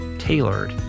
tailored